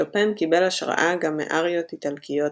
שופן קיבל השראה גם מאריות איטלקיות